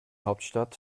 hauptstadt